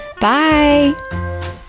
Bye